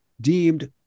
deemed